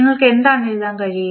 നിങ്ങൾക്ക് എന്താണ് എഴുതാൻ കഴിയുക